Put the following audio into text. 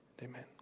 Amen